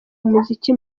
umuziki